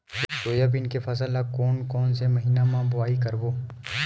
Soybean के फसल ल कोन कौन से महीना म बोआई करबो?